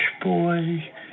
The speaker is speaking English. boy